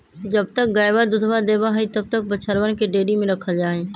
जब तक गयवा दूधवा देवा हई तब तक बछड़वन के डेयरी में रखल जाहई